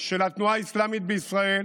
של התנועה האסלאמית בישראל